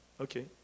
Okay